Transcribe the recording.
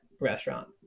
restaurant